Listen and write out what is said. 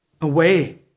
away